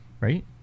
right